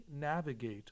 navigate